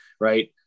right